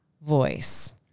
voice